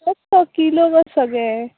kilo सगळे